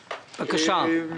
בבקשה.